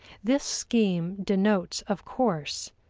this scheme denotes, of course,